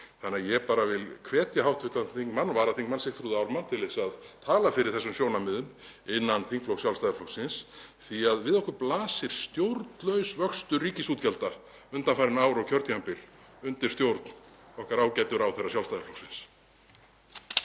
Þannig að ég bara vil hvetja hv. varaþingmann Sigþrúði Ármann til að tala fyrir þessum sjónarmiðum innan þingflokks Sjálfstæðisflokksins því að við okkur blasir stjórnlaus vöxtur ríkisútgjalda undanfarin ár og kjörtímabil undir stjórn okkar ágætu ráðherra Sjálfstæðisflokksins.